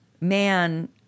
man